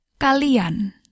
Kalian